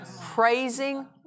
Praising